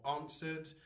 answered